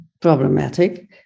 problematic